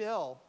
bill